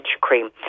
cream